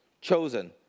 chosen